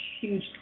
huge